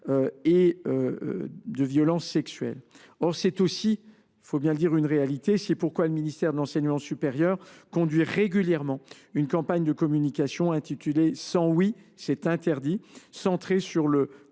et violences sexuelles. Or il s’agit aussi, il faut le dire, d’une réalité. C’est pourquoi le ministère de l’enseignement supérieur conduit, depuis deux ans, la campagne de communication intitulée « Sans oui, c’est interdit », centrée sur le